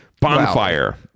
bonfire